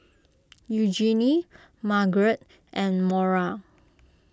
Eugenie Margaret and Maura